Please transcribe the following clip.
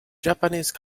japanese